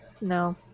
No